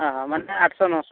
ᱚ ᱢᱟᱱᱮ ᱟᱴᱥᱚ ᱱᱚᱥᱚ